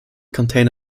contain